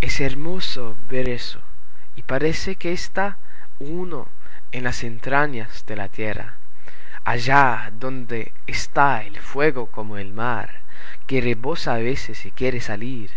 es hermoso ver eso y parece que está uno en las entrañas de la tierra allá donde está el fuego como el mar que rebosa a veces y quiere salir